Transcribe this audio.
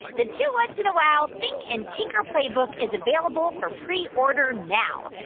the two whats! and a wow! think and tinker playbook is available for preorder now.